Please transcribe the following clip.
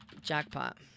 jackpot